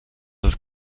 das